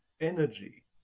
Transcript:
energy